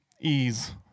ease